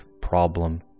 problem